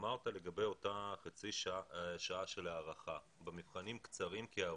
אמרת לגבי אותה חצי שעה של הארכה במבחנים קצרים כארוכים.